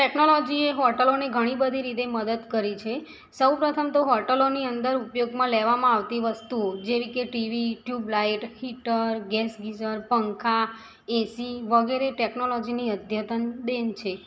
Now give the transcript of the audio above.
ટેક્નોલોજીએ હોટૅલોની ઘણી બધી રીતે મદદ કરી છે સૌ પ્રથમ તો હોટૅલોની અંદર ઉપયોગમાં લેવામાં આવતી વસ્તુ જેવી કે TV tubelight heater gas geyser પંખા એસી વગેરે ટેકનોલોજીની અદ્યતન દેન છે